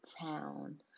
town